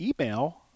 email